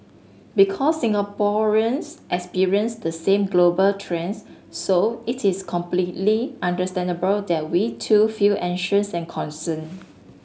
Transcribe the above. because Singaporeans experience the same global trends so it is completely understandable that we too feel anxious and concerned